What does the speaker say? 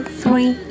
three